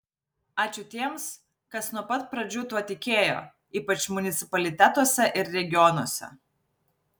ačiū tiems kas nuo pat pradžių tuo tikėjo ypač municipalitetuose ir regionuose